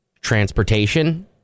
transportation